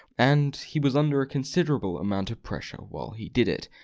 and he was under a considerable amount of pressure while he did it.